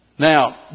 Now